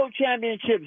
Championships